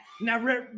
Now